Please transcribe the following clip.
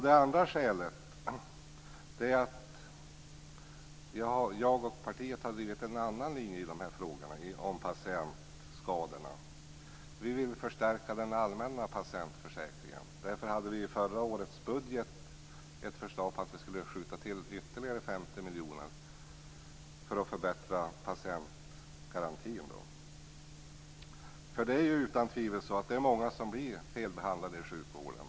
Det andra skälet är att jag och partiet har drivit en annan linje när det gäller patientskador. Vi vill förstärka den allmänna patientförsäkringen. Därför hade vi i förra årets budget ett förslag om att skjuta till ytterligare 50 miljoner för att förbättra patientgarantin. För det är utan tvivel många som blir felbehandlade i sjukvården.